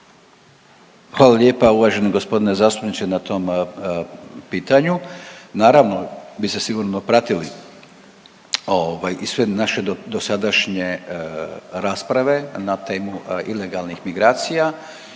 Hvala lijepa uvaženi gospodine zastupniče na tom pitanju. Naravno vi ste sigurno pratili ovaj i sve naše dosadašnje rasprave na temu ilegalnih migracija